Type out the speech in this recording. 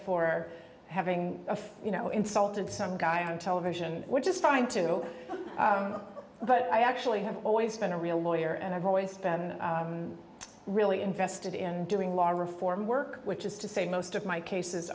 for having a you know insulting some guy on television which is fine too but i actually have always been a real lawyer and i've always been really invested in doing law reform work which is to say most of my cases